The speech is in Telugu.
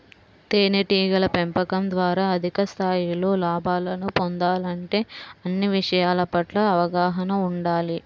తేనెటీగల పెంపకం ద్వారా అధిక స్థాయిలో లాభాలను పొందాలంటే అన్ని విషయాల పట్ల అవగాహన ఉండాలి